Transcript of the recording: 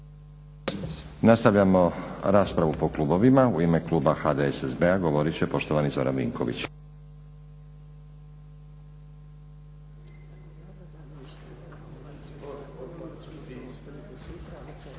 Nastavljamo raspravu po klubovima. U ime kluba HDSSB-a govorit će poštovani Zoran Vinković.